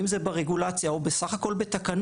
אם זה ברגולציה או בסך הכול בתקנות.